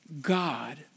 God